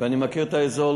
ואני מכיר את האזור.